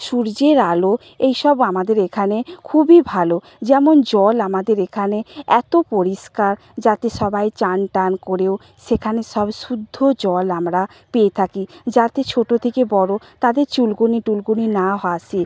সূর্যের আলো এইসব আমাদের এখানে খুবই ভালো যেমন জল আমাদের এখানে এতো পরিষ্কার যাতে সবাই চান টান করেও সেখানে সব শুদ্ধ জল আমরা পেয়ে থাকি যাতে ছোট থেকে বড় তাদের চুলকুনি টুলকুনি না আসে